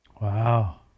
Wow